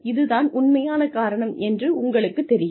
இது தான் உண்மையான காரணம் என்று உங்களுக்கு தெரியும்